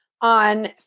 on